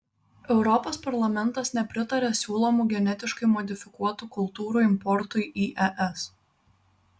europos parlamentas nepritaria siūlomų genetiškai modifikuotų kultūrų importui į es